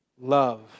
love